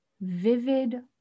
vivid